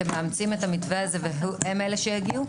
אתם מאמצים את המתווה הזה והם אלה שיגיעו?